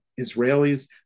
Israelis